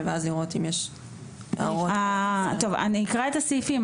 ואז לראות אם יש הוראות --- אני אקרא את הסעיפים,